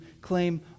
claim